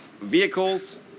vehicles